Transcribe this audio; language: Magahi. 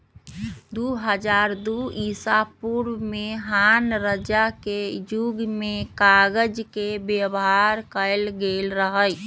दू हज़ार दू ईसापूर्व में हान रजा के जुग में कागज के व्यवहार कएल गेल रहइ